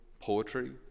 poetry